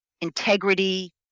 integrity